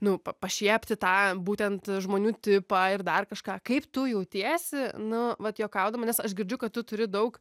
nu pa pašiepti tą būtent žmonių tipą ir dar kažką kaip tu jautiesi nu vat juokaudama nes aš girdžiu kad tu turi daug